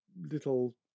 little